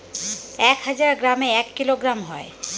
এক হাজার গ্রামে এক কিলোগ্রাম হয়